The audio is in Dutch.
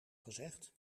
gezegd